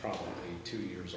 probably two years